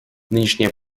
нынешняя